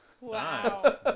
Wow